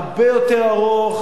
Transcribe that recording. הרבה יותר ארוך,